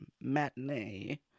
matinee